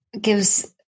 gives